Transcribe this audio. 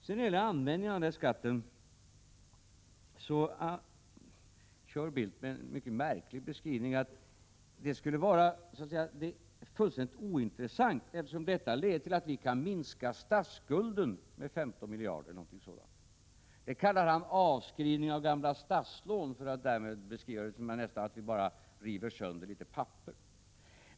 När det gäller användningen av pengarna från den här skatten kör Bildt med en mycket märklig beskrivning. Han menar att det så att säga skulle vara fullständigt ointressant, eftersom detta leder till att vi kan minska statsskulden med ca 15 miljarder kronor. Det kallar han avskrivning av gamla statslån och försöker därmed beskriva det som om det skulle handla om att vi nästan bara river sönder litet papper.